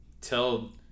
tell